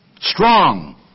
strong